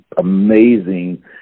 amazing